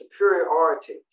superiority